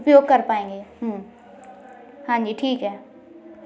उपयोग कर पाएँगे हाँ जी ठीक है